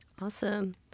Awesome